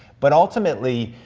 but ultimately,